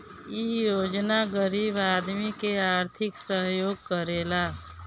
इ योजना गरीब आदमी के आर्थिक सहयोग करेला